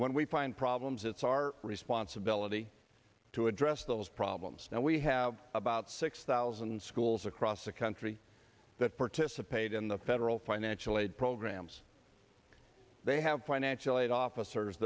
when we find problems it's our responsibility to address those problems and we have about six thousand schools across the country that participate in the federal financial aid programs they have financial aid officers